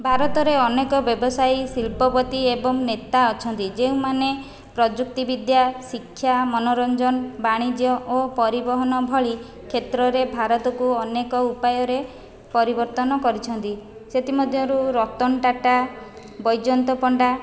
ଭାରତରେ ଅନେକ ବ୍ୟବସାୟୀ ଶିଳ୍ପପତି ଏବଂ ନେତା ଅଛନ୍ତି ଯେଉଁମାନେ ପ୍ରଯୁକ୍ତି ବିଦ୍ୟା ଶିକ୍ଷା ମନୋରଞ୍ଜନ ବାଣିଜ୍ୟ ଓ ପରିବହନ ଭଳି କ୍ଷେତ୍ରରେ ଭାରତକୁ ଅନେକ ଉପାୟରେ ପରିବର୍ତ୍ତନ କରିଛନ୍ତି ସେଥିମଧ୍ୟରୁ ରତନ ଟାଟା ବୈଜୟନ୍ତ ପଣ୍ଡା